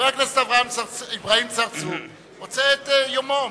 חבר הכנסת אברהים צרצור רוצה את יומו.